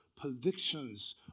predictions